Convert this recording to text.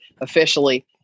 officially